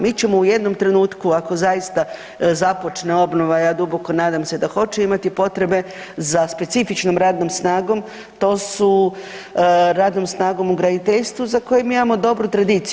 Mi ćemo u jednom trenutku ako zaista započne obnova, ja duboko nadam se da hoće, imati potrebe za specifičnom radnom snagom, to su radnom snagom u graditeljstvu za koji mi imamo dobru tradiciju.